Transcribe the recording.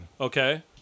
Okay